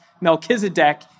Melchizedek